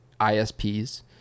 isps